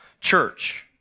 church